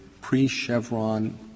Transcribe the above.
pre-Chevron